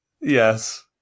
Yes